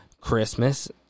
Christmas